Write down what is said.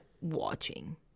watching